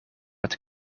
het